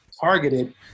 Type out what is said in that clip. targeted